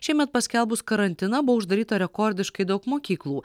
šiemet paskelbus karantiną buvo uždaryta rekordiškai daug mokyklų